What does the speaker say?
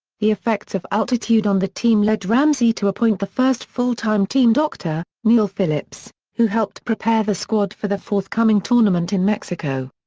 the effects of altitude on the team led ramsey to appoint the first full-time team doctor, neil phillips, who helped prepare the squad for the forthcoming tournament in mexico.